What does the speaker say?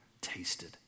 tasted